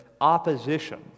opposition